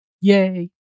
Yay